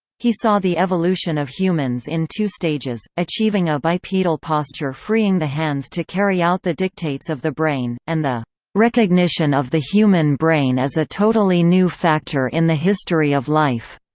he saw the evolution of humans in two stages achieving a bipedal posture freeing the hands to carry out the dictates of the brain, and the recognition of the human brain as a totally new factor in the history of life.